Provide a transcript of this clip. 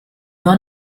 war